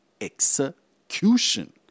execution